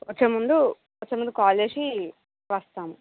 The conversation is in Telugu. వచ్చే ముందు వచ్చే ముందు కాల్ చేసి వస్తాము